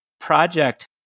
project